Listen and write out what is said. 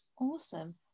Awesome